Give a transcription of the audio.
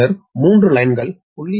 பின்னர் 3 லைன்கள் 0